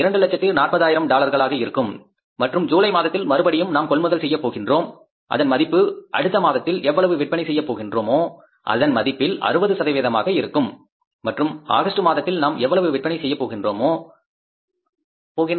240000 டாலர்களாக இருக்கும் மற்றும் ஜூலை மாதத்தில் மறுபடியும் நாம் கொள்முதல் செய்யப் போகின்றோம் அதன் மதிப்பு அடுத்த மாதத்தில் எவ்வளவு விற்பனை செய்யப் போகின்றோம் அதன் மதிப்பில் 60 சதவீதமாக இருக்கும் மற்றும் ஆகஸ்ட் மாதத்தில் நாம் எவ்வளவு விற்பனை செய்யப் போகின்றோம்